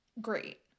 Great